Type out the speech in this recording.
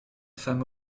femme